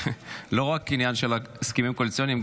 זה לא רק עניין של הסכמים קואליציוניים.